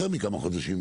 יותר מכמה חודשים,